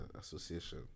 association